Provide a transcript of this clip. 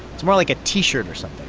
it's more like a t-shirt or so